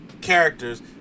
characters